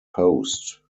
post